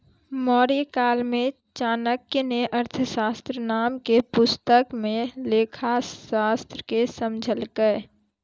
मौर्यकाल मे चाणक्य ने अर्थशास्त्र नाम के पुस्तक मे लेखाशास्त्र के समझैलकै